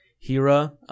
hira